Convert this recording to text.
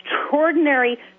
extraordinary